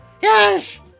Yes